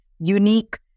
unique